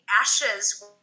ashes